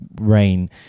rain